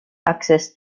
access